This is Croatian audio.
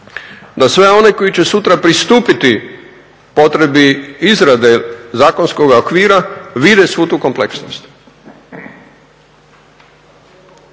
da sve one koji će sutra pristupiti potrebi izrade zakonskoga okvira vide svu tu kompleksnost.